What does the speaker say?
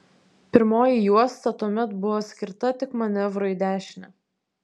pirmoji juosta tuomet buvo skirta tik manevrui į dešinę